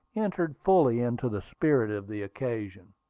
entered fully into the spirit of the occasion.